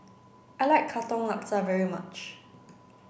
I like Katong Laksa very much